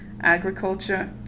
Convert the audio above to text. agriculture